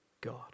God